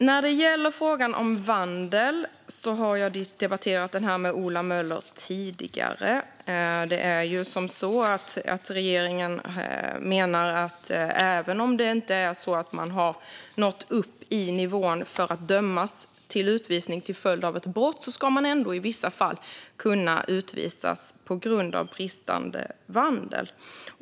När det gäller frågan om vandel har jag debatterat den med Ola Möller tidigare. Regeringen menar att även om man inte uppnått nivån för att dömas till utvisning till följd av ett brott ska man ändå i vissa fall kunna utvisas på grund av bristande vandel.